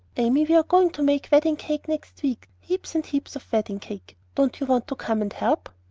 amy, we're going to make wedding-cake next week heaps and heaps of wedding-cake. don't you want to come and help?